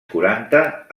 quaranta